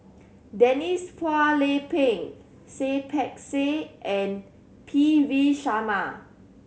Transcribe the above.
Denise Phua Lay Peng Seah Peck Seah and P V Sharma